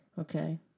Okay